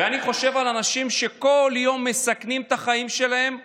ואני חושב על האנשים שכל יום מסכנים את החיים שלהם למעננו,